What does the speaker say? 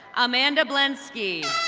amanda blinsky.